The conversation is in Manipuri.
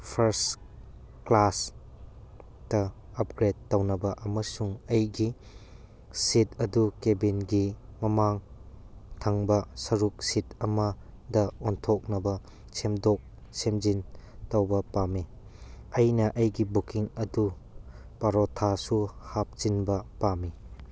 ꯐꯥꯔꯁ ꯀ꯭ꯂꯥꯁꯇ ꯑꯞꯒꯔꯦꯠ ꯇꯧꯅꯕ ꯑꯃꯁꯨꯡ ꯑꯩꯒꯤ ꯁꯤꯠ ꯑꯗꯨ ꯀꯦꯕꯤꯟꯒꯤ ꯃꯃꯥꯡ ꯊꯪꯕ ꯁꯔꯨꯛ ꯁꯤꯠ ꯑꯃꯗ ꯑꯣꯟꯊꯣꯛꯅꯕ ꯁꯦꯝꯗꯣꯛ ꯁꯦꯝꯖꯤꯟ ꯇꯧꯕ ꯄꯥꯝꯃꯤ ꯑꯩꯅ ꯑꯩꯒꯤ ꯕꯨꯛꯀꯤꯡ ꯑꯗꯨ ꯄꯔꯣꯊꯥꯁꯨ ꯍꯥꯞꯆꯤꯟꯕ ꯄꯥꯝꯃꯤ